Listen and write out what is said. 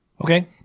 Okay